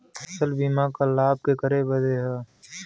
फसल बीमा क लाभ केकरे बदे ह?